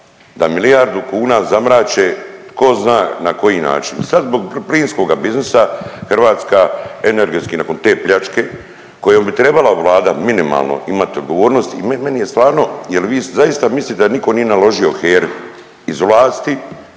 Da milijardu kuna zamrače tko zna na koji način i sad zbog plinskoga biznisa Hrvatska energetski nakon te pljačke kojom bi trebala vlada minimalno imati odgovornost i meni je stvarno je li vi zaista mislite da niko nije naložio HERI iz vlasti